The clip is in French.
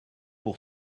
pour